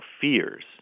fears